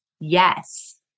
Yes